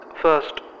First